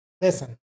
Listen